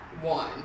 one